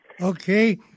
Okay